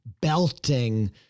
belting